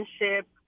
relationship